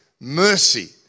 mercy